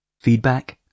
Feedback